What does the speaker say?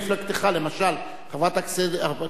למשל חברת הכנסת אבסדזה,